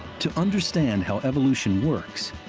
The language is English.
to understand how evolution works,